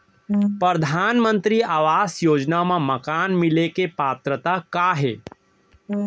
परधानमंतरी आवास योजना मा मकान मिले के पात्रता का हे?